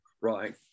Right